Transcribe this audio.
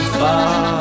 far